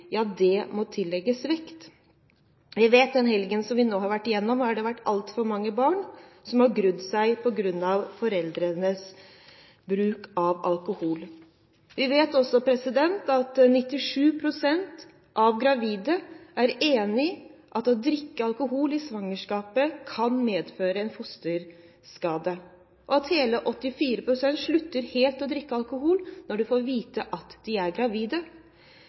må tillegges vekt. Vi vet at det i den helgen vi nå har lagt bak oss, har vært altfor mange barn som har grudd seg på grunn av foreldrenes bruk av alkohol. Vi vet også at 97 pst. av gravide er enige i at å drikke alkohol i svangerskapet kan medføre en fosterskade. Hele 84 pst. slutter helt å drikke alkohol når de får vite at de er gravide.